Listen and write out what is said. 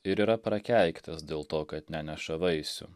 ir yra prakeiktas dėl to kad neneša vaisių